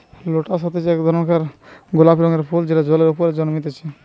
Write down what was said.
lotus হতিছে একটো ধরণকার গোলাপি রঙের ফুল যেটা জলের ওপরে জন্মতিচ্ছে